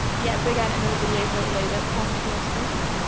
yeah, so again, another video will load up onto your screen.